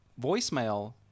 voicemail